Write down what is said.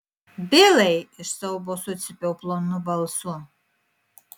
bilai iš siaubo sucypiau plonu balsu